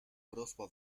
wrosła